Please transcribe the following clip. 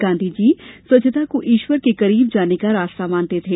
गांधीजी स्वच्छता को ईश्वर के करीब जाने का रास्ता मानते थे